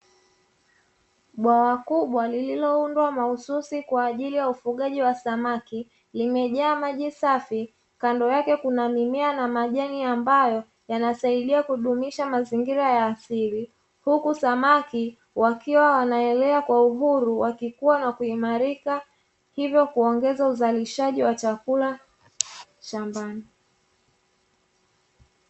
Bwawa kubwa lililoundwa mahususi kwa ajili ya ufugaji wa samaki limejaa maji safi kando yake kuna mimea na majani ambayo yanasaidia kudumisha mazingira ya asili, huku samaki wakiwa wanaelea kwa uhuru wakikua na kuimarika hivyo kuongeza uzalishaji wa chakula shambani.